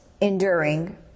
enduring